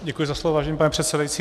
Děkuji za slovo, vážený pane předsedající.